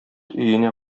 өенә